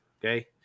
Okay